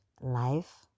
life